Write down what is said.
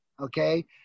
okay